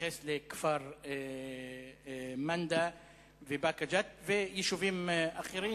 להתייחס לכפר-מנדא ובאקה-ג'ת וליישובים אחרים,